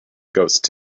ghost